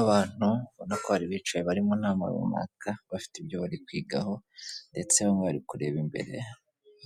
Abantu urabona ko bicaye barimo nama runaka, bafite ibyo bari kwigaho, ndetse bamwe bari kureba imbere